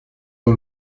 nur